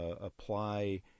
apply